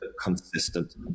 consistent